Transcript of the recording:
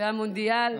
והמונדיאל,